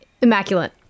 immaculate